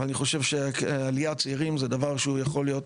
אבל אני חושב שעליית צעירים זה דבר שיכול להיות